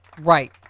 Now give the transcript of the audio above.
right